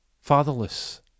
fatherless